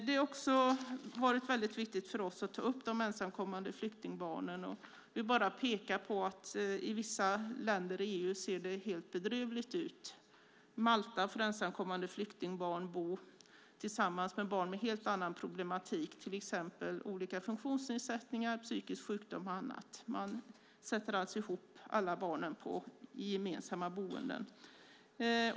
Det har också varit viktigt för oss att ta upp de ensamkommande flyktingbarnens situation. Vi pekar på att i vissa länder i EU ser det helt bedrövligt ut. På Malta bor ensamkommande flyktingbarn tillsammans med barn med helt annan problematik, till exempel olika funktionsnedsättningar, psykisk sjukdom och annat. Man sätter alltså alla barnen i gemensamma boenden.